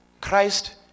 Christ